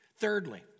Thirdly